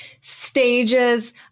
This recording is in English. stages